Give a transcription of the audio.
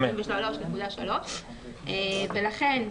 לכן,